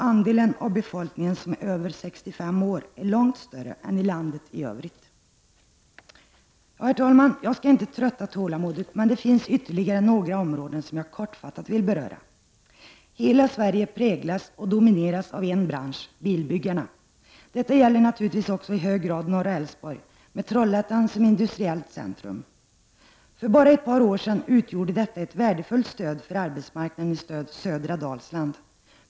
Andelen av befolkningen över 65 år är långt större än i landet i övrigt. Herr talman! Jag skall inte trötta tålamodet, men det finns ytterligare några områden som jag kortfattat vill beröra. Hela Västsverige präglas och domineras av en bransch, bilbranschen. Detta gäller naturligtvis också i hög grad norra Älvsborg med Trollhättan som industriellt centrum. För bara ett par år sedan utgjorde detta ett värdefullt stöd för arbetsmarknaden i södra Dalsland.